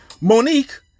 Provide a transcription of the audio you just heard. Monique